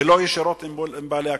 ולא ישירות אל מול בעלי הקרקע.